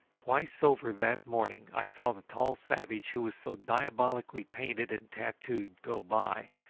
twice over that morning i saw the tall savage who was so diabolically painted and tattooed go by,